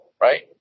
right